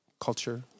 culture